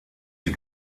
die